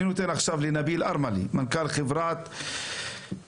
נביל ארמלי, מנכ"ל חברת